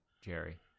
Jerry